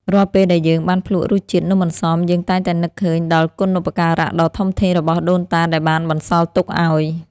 រាល់ពេលដែលយើងបានភ្លក់រសជាតិនំអន្សមយើងតែងតែនឹកឃើញដល់គុណូបការៈដ៏ធំធេងរបស់ដូនតាដែលបានបន្សល់ទុកឱ្យ។